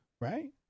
right